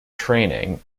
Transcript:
training